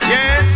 Yes